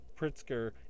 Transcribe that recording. Pritzker